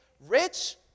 rich